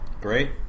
Great